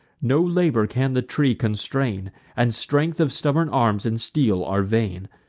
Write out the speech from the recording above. no labor can the tree constrain and strength of stubborn arms and steel are vain.